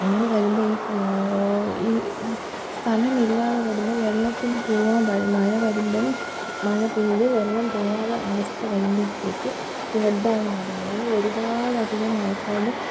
അങ്ങനെ വരുമ്പോള് ഈ ഈ സ്ഥലമില്ലാതെ വരുമ്പോള് വെള്ളത്തിനു പോവാൻ മഴ വരുമ്പോള് മഴ പെയ്ത് വെള്ളം പോവാതെ അവസ്ഥ വരുമ്പോഴത്തേക്ക് ഫ്ലഡായി മാറും അങ്ങനെ ഒരുപാടധികം ആൾക്കാരുടെ